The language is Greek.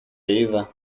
είδα